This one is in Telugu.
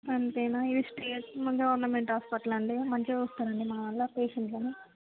అంతేనా ఇది స్టేట్ గవర్నమెంట్ హాస్పిటల్ అండి మంచిగా చూస్తారండి మా వాళ్ళు పేషంట్లని